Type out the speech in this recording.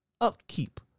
upkeep